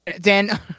Dan